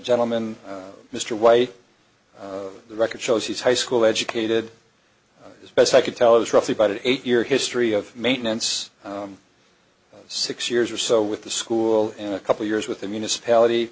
gentleman mr white the record shows he's high school educated as best i could tell it's roughly about eight year history of maintenance six years or so with the school in a couple years with the municipality